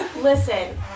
Listen